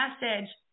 message